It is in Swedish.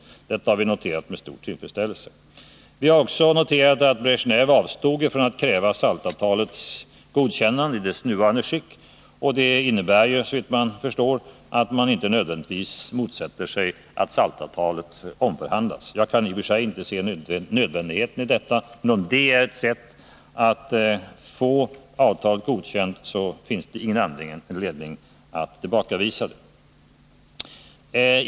Detta har vi noterat med stor tillfredsställelse. Vi har också noterat att Leonid Bresjnev avstod från att kräva SALT-avtalets godkännande i dess nuvarande skick. Och det innebär väl att man inte nödvändigtvis motsätter sig att SALT avtalet omförhandlas. Jag kan i och för sig inte se nödvändigheten i detta, men om det är ett sätt att få avtalet godkänt, så finns det ingen anledning att tillbakavisa det.